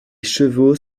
chevaux